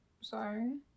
Sorry